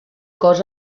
cos